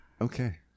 Okay